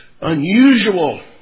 unusual